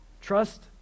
Trust